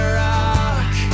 rock